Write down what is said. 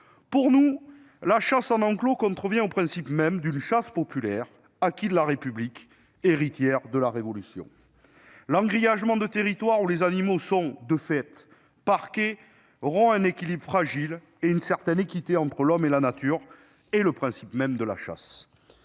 Pour nous, la chasse en enclos contrevient au principe même d'une chasse populaire, acquis de la République, héritière de la Révolution. L'engrillagement de territoires où les animaux sont, de fait, parqués rompt un équilibre fragile, une certaine équité entre l'homme et la nature et le principe même de la chasse.